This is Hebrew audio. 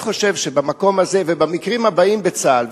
אני חושב שבמקום הזה ובמקרים הבאים בצה"ל,